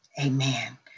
amen